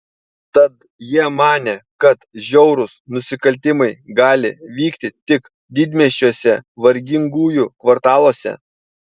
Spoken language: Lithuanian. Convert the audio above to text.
tad jie manė kad žiaurūs nusikaltimai gali vykti tik didmiesčiuose vargingųjų kvartaluose